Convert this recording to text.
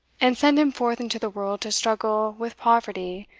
and send him forth into the world to struggle with poverty,